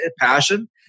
passion